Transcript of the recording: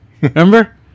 Remember